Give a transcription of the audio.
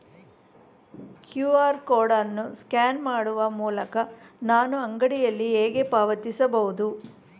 QR code ಅನ್ನು scan ಮಾಡುವ ಮೂಲಕ ನಾನು ಅಂಗಡಿಯಲ್ಲಿ ಹೇಗೆ ಪಾವತಿಸಬಹುದು?